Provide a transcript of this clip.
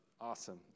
Awesome